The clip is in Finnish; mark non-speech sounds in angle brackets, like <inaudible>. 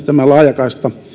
<unintelligible> tämä laajakaista